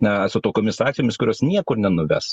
na su tokiomis akcijomis kurios niekur nenuves